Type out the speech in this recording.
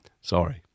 Sorry